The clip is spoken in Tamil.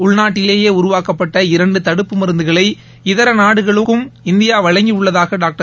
உள்நாட்டிலேயே உருவாக்கப்பட்ட இரண்டு தடுப்பு மருந்துகளை இதர நாடுகளுக்கும் இந்தியா வழங்கி உள்ளதாக டாக்டர்